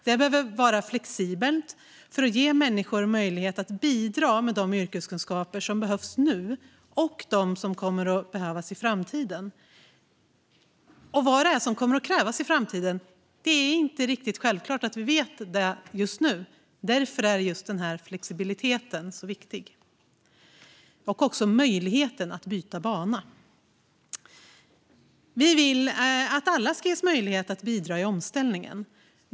Det behöver vara flexibelt för att ge människor möjligheter att bidra med de yrkeskunskaper som behövs nu och dem som kommer att behövas i framtiden. Vad som kommer att krävas i framtiden är det inte riktigt självklart att vi vet just nu. Därför är det så viktigt med flexibiliteten och möjligheten att byta bana. Vi vill att alla ska ges möjlighet att bidra i omställningen.